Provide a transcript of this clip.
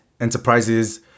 enterprises